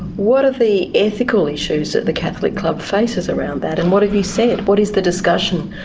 what are the ethical issues that the catholic club faces around that and what have you said? what is the discussion?